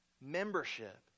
membership